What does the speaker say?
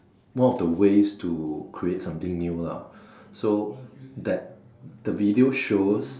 one of the ways to create something new lah so that the video shows